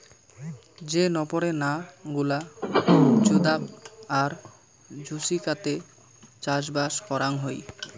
যে নপরে না গুলা জুদাগ আর জুচিকাতে চাষবাস করাং হই